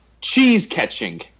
cheese-catching